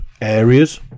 areas